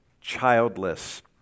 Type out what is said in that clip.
childless